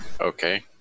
okay